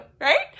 Right